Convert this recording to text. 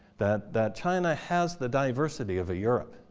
that that china has the diversity of a europe.